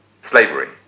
slavery